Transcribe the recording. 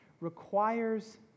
requires